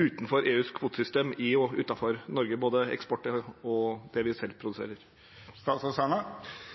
utenfor EUs kvotesystem, i og utenfor Norge?» Klimaendringer er en av vår tids hovedutfordringer. Regjeringen mener at hovedvirkemidlene i norsk klimapolitikk er og